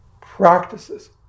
practices